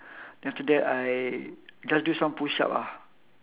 then after that I just do some push-up ah